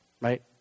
right